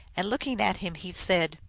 and, looking at him, he said,